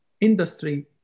industry